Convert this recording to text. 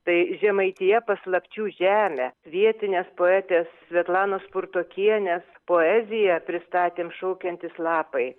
tai žemaitija paslapčių žemė vietinės poetės svetlanos purtokienės poeziją pristatėm šaukiantys lapai